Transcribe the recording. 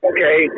Okay